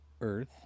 earth